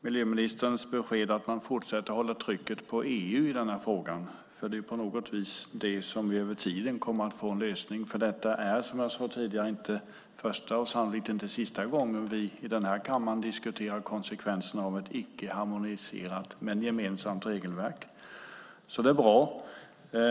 miljöministerns besked att man fortsätter att hålla tryck på EU i denna fråga är hoppfullt, för det är på något vis det som över tid kommer att bli en lösning. Detta är nämligen, som jag sade tidigare, inte första och sannolikt inte sista gången vi i denna kammare diskuterar konsekvenserna av ett icke-harmoniserat men gemensamt regelverk. Det är alltså bra.